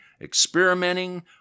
experimenting